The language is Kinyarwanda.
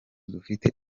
dufite